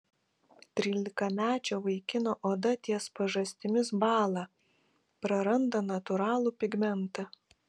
trylikamečio vaikino oda ties pažastimis bąla praranda natūralų pigmentą